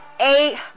eight